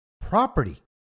property